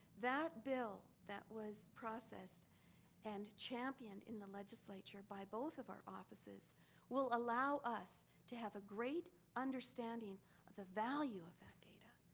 that bill that was processed and championed in the legislature by both of our offices will allow us to have a great understanding of the value of that data.